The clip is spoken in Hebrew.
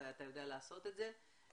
ואתה יודע לעשות את זה,